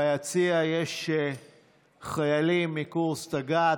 ביציע יש חיילים מקורס תג"ת.